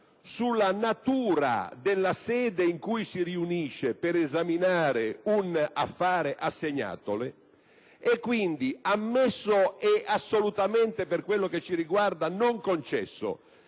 sulla natura della sede in cui riunirsi per esaminare un affare assegnatole e quindi ammesso, e assolutamente - per quanto ci riguarda - non concesso,